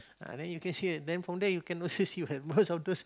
ah then you can see it then from there you can access you have most of those